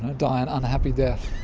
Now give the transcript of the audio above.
ah die an unhappy death.